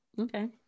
Okay